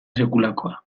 sekulakoa